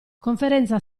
conferenza